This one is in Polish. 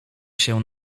się